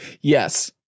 yes